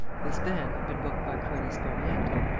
this van had been booked by colonel sparmiento,